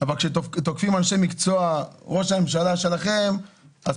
אבל כשראש הממשלה שלכם תוקף אנשי מקצוע,